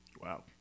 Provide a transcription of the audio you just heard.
Wow